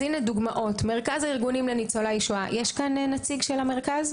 הנה דוגמאות: מרכז הארגונים לניצולי שואה - יש כאן נציג של המרכז?